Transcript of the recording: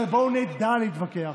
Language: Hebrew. אבל בואו נדע להתווכח.